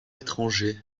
étranger